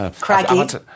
Craggy